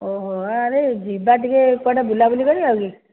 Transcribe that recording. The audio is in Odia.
ଓହୋ ଆରେ ଯିବା ଟିକେ କୁଆଡ଼େ ବୁଲାବୁଲି କରିବାକି